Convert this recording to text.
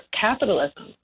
capitalism